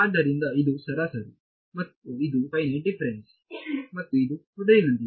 ಆದ್ದರಿಂದ ಇದು ಸರಾಸರಿ ಮತ್ತು ಇದು ಫೈನೈಟ್ ಡಿಫರೆನ್ಸ್ ಮತ್ತು ಇದು ಮೊದಲಿನಂತಿದೆ